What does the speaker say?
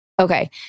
Okay